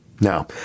Now